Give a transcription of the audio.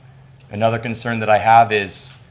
another concern that i have is